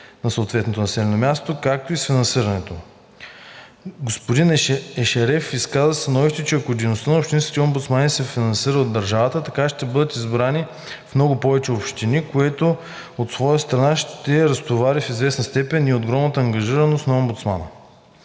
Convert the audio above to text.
на съветниците, както и с финансирането. Господин Ешереф изказа становище, че ако дейността на общинските омбудсмани се финансира от държавата, такива ще бъдат избрани в много общини, което от своя страна ще разтовари в известна степен и огромната ангажираност на омбудсмана.